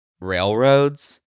railroads